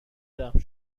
رحم